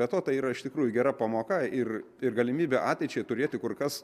be to tai yra iš tikrųjų gera pamoka ir ir galimybė ateičiai turėti kur kas